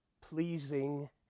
pleasing